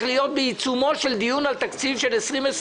להיות בעיצומו של דיון על תקציב 20/20,